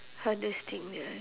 hardest thing that I